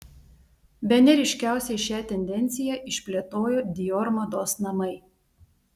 bene ryškiausiai šią tendenciją išplėtojo dior mados namai